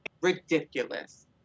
ridiculous